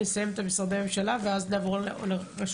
נסיים עם משרדי הממשלה ואז נעבור לרשויות.